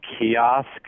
kiosk